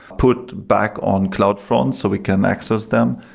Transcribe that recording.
put back on cloud frond so we can access them.